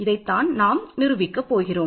இதைத்தான் நாம் நிரூபிக்க போகிறோம்